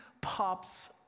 pops